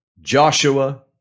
Joshua